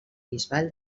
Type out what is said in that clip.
bisbal